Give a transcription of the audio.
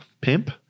pimp